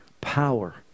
power